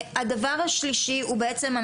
הדבר השלישי הוא בעצם,